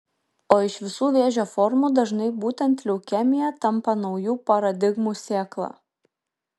o iš visų vėžio formų dažnai būtent leukemija tampa naujų paradigmų sėkla